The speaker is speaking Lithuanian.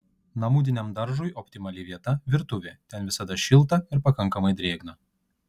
namudiniam daržui optimali vieta virtuvė ten visada šilta ir pakankamai drėgna